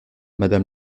madame